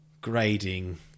grading